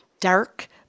dark